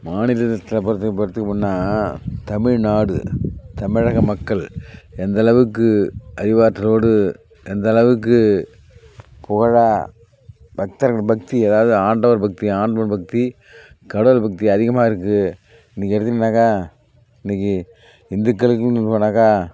மாநிலத்துல பற்றி பார்த்தோமுன்னா தமிழ்நாடு தமிழக மக்கள் எந்த அளவுக்கு அறிவாற்றலோடு எந்த அளவுக்கு பக்தர்கள் பக்தி அதாவது ஆண்டவர் பக்தி ஆண்டவன் பக்தி கடவுள் பக்தி அதிகமாக இருக்குது இன்றைக்கி எடுத்தின்னாக்க இன்றைக்கி இந்துக்களின் ஒருவனாக